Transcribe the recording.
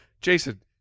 Jason